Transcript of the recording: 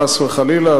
חס וחלילה,